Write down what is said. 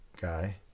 guy